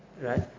Right